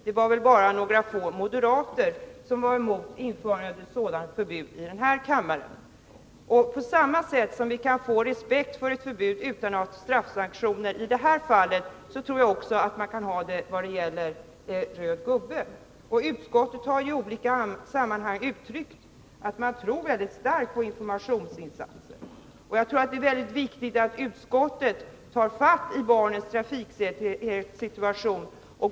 Det var bara några få moderater i den här kammaren som var mot införande av ett sådant förbud. På samma sätt som vi kan få respekt för ett sådant förbud utan straffsanktioner tror jag att man kan få respekt när det gäller förbudet mot att gå mot röd gubbe. Utskottet har i olika sammanhang yttrat att man tror mycket starkt på informationsinsatser. Jag tror att det är viktigt att utskottet tar fatt i barnens trafiksäkerhetssituation.